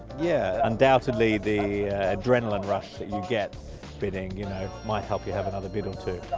yeah, undoubtedly the adrenalin rush that you get bidding you know might help you have another bid or two.